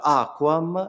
aquam